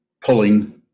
pulling